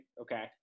Okay